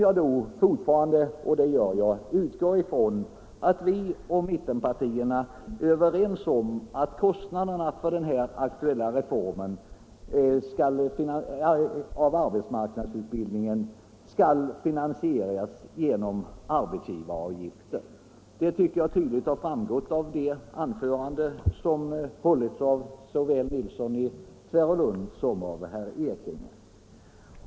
Jag utgår fortfarande från att vi och mittenpartierna är överens om att kostnaderna för den här aktuella reformen av arbetsmarknadsutbildningen skall fi 23 nansieras genom arbetsgivaravgiften. Att vi är det tycker jag tydligt har framgått av de anföranden som hållits av herr Nilsson i Tvärålund och herr Ekinge.